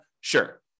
Sure